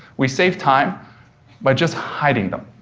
we save time by just hiding them.